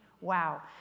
Wow